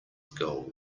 gold